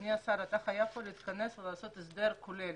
אדוני השר, אתה חייב להיכנס לפה ולעשות הסדר כולל.